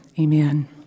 Amen